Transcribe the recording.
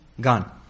Gone